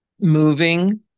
moving